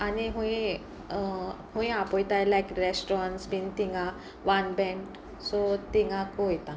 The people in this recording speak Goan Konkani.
आनी खंय खंय आपोयताय लायक रेस्ट्ररंटस बीन तिंगा वन बँड सो थिंगाक को वोयता